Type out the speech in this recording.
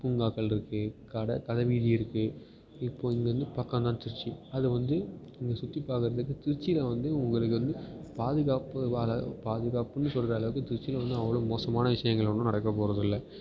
பூங்காக்கள் இருக்குது கடை கடைவீதி இருக்குது இப்போ இங்கேருந்து பக்கம் தான் திருச்சி அது வந்து இங்கே சுற்றி பாக்கறதுக்கு திருச்சியில் வந்து உங்களுக்கு வந்து பாதுகாப்புல பாதுகாப்புன்னு சொல்கிற அளவுக்கு திருச்சியில் ஒன்றும் அவ்வளோ மோசமான விஷயங்கள் ஒன்றும் நடக்க போவது இல்லை